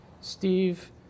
Steve